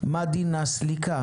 מה דין הסליקה,